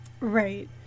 Right